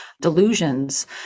delusions